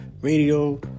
radio